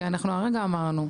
כי אנחנו הרגע אמרנו,